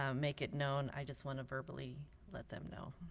um make it known i just want to verbally let them know.